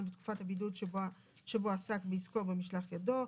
בתקופת הבידוד שבה עסק בעסקו ובמשלח ידו.